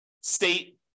state